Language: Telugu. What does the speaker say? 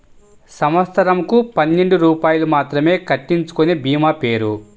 సంవత్సరంకు పన్నెండు రూపాయలు మాత్రమే కట్టించుకొనే భీమా పేరు?